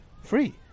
free